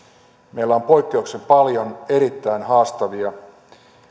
meillä on poikkeuksellisen paljon erittäin haastavia